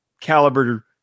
caliber